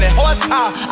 horsepower